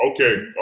Okay